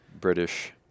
British